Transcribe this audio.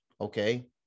Okay